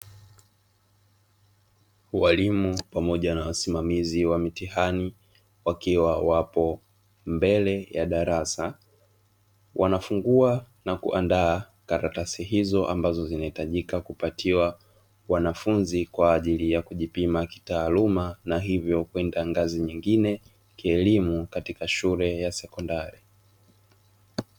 Walimu pamoja na wasimamizi wa mitihani, wakiwa wapo mbele ya darasa. Wanafungua na kuandaa karatasi hizo ambazo zinahitajika kupatiwa wanafunzi kwa ajili ya kujipima kitaaluma, na hivyo kwenda ngazi nyingine kielimu katika shule ya sekondari.